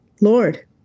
Lord